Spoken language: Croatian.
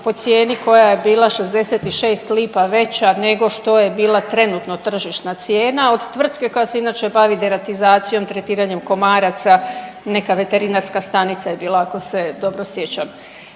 po cijeni koja je bila 66 lipa veća nego što je bila trenutno tržišna cijena od tvrtke koja se inače bavi deratizacijom, tretiranjem komaraca, neka veterinarska stanica je bila ako se dobro sjećam.